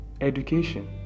education